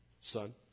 son